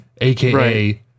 AKA